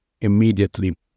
immediately